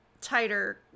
tighter